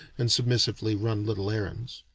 and submissively run little errands.